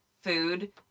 food